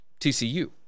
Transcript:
TCU